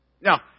Now